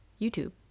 youtube